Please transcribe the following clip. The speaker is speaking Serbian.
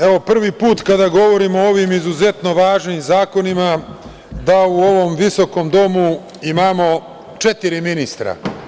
Evo, prvi put kada govorimo o ovim izuzetno važnim zakonima da u ovom visokom domu imamo četiri ministra.